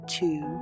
two